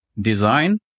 design